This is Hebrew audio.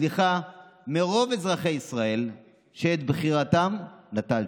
סליחה מרוב אזרחי ישראל שאת בחירתם נטלתם,